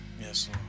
Yes